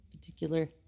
particular